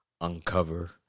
uncover